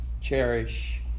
cherish